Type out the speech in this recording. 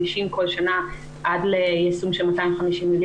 50 מיליון כל שנה עד ליישום של 250 מיליון,